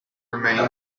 remained